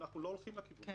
אנחנו לא הולכים לכיוון הזה.